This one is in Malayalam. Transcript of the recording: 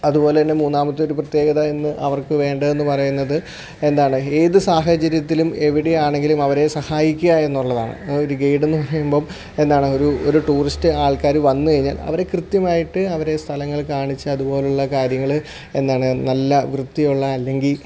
അതുപോലെ തന്നെ മൂന്നാമത്തൊരു പ്രത്യേകത എന്നു അവർക്കു വേണ്ടതെന്നു പറയുന്നത് എന്താണ് ഏതു സാഹചര്യത്തിലും എവിടെയാണെങ്കിലും അവരെ സഹായിക്കുക എന്നുള്ളതാണ് ഒരു ഗൈഡെന്നു പറയുമ്പം എന്താണ് ഒരു ഒരു ടൂറിസ്റ്റ് ആൾക്കാർ വന്നു കഴിഞ്ഞാൽ അവരെ കൃത്യമായിട്ട് അവരെ സ്ഥലങ്ങൾ കാണിച്ച് അതുപോലെയുള്ള കാര്യങ്ങൾ എന്താണ് നല്ല വൃത്തിയുള്ള അല്ലെങ്കിൽ